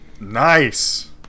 Nice